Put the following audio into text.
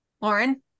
Lauren